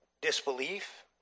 disbelief